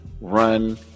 run